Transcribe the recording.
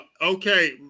okay